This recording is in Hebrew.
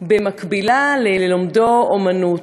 מקביל ל"ללמדו אומנות".